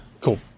cool